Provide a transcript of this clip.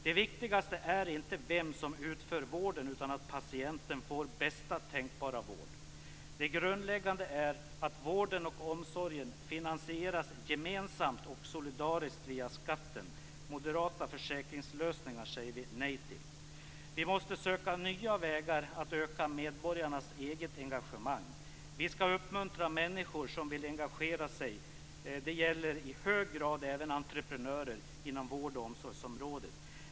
Det viktigaste är inte vem som utför vården utan att patienten får bästa tänkbara vård. Det grundläggande är att vården och omsorgen finansieras gemensamt och solidariskt via skatten. Moderata försäkringslösningar säger vi nej till. Vi måste söka nya vägar att öka medborgarnas eget engagemang. Vi skall uppmuntra människor som vill engagera sig. Det gäller i hög grad även entreprenörer inom vård och omsorgsområdet.